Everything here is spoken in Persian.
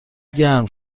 گرم